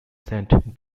saint